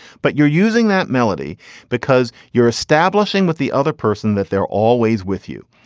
but you're using that melody because you're establishing what the other person that they're always with you.